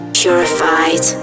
purified